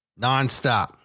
nonstop